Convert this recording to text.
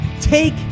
Take